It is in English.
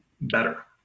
better